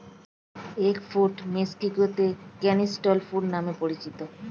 egg fruit মেক্সিকোতে canistel ফল নামে পরিচিত